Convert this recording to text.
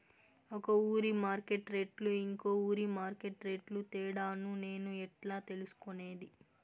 ఒక ఊరి మార్కెట్ రేట్లు ఇంకో ఊరి మార్కెట్ రేట్లు తేడాను నేను ఎట్లా తెలుసుకునేది?